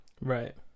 right